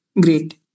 Great